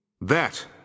That